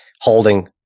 holding